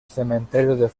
cementerio